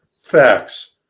facts